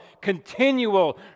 Continual